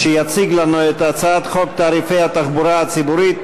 שיציג לנו את הצעת חוק תעריפי התחבורה הציבורית,